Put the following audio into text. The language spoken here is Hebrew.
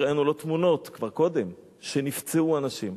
הראינו לו תמונות כבר קודם שנפצעו אנשים.